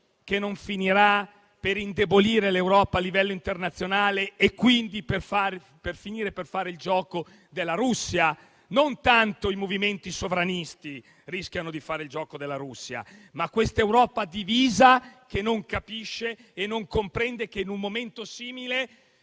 non finirà per indebolire l'Europa a livello internazionale e quindi per fare il gioco della Russia. Non tanto i movimenti sovranisti rischiano di fare il gioco della Russia, ma questa Europa divisa, che non capisce e non comprende che in un momento simile